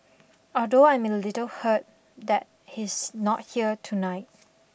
although I'm a little hurt that he's not here tonight